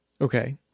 Okay